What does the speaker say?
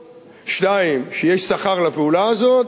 2. שיש שכר לפעולה הזאת,